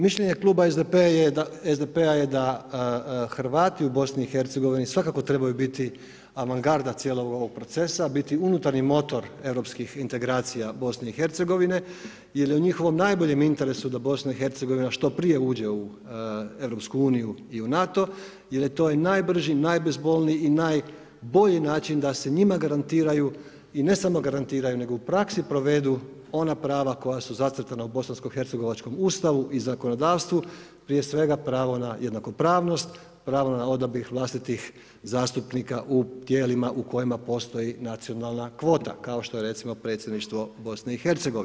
Mišljenje kluba SDP-a je da Hrvati u BiH svakako trebaju biti avangarda cijelog ovog procesa, biti unutarnji motor europskih integracija BiH jel je u njihovom najboljem interesu da BiH što prije uđe u EU i u NATO jer je to najbrži, najbezbolniji i najbolji način da se njima garantiraju i ne samo garantiraju nego u praksi provedu ona prava koja su zacrtana u bosanskohercegovačkom Ustavu i zakonodavstvu, prije svega pravo na jednakopravnost, pravo na odabir vlastitih zastupnika u tijelima u kojima postoji nacionalna kvota kao što je recimo predsjedništvo BiH.